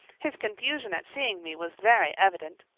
his confusion at seeing me was very evident.